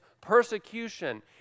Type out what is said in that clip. persecution